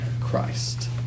Christ